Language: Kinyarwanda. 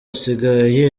asigaye